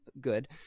good